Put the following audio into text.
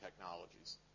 technologies